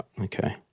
Okay